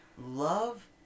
Love